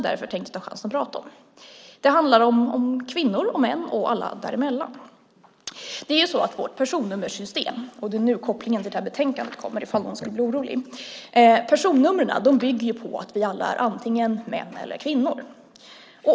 Det handlar om kvinnor och män och alla däremellan. Vårt personnummersystem - det är nu kopplingen till betänkandet kommer, om någon skulle bli orolig - med personnummer bygger på att vi alla är antingen män eller kvinnor.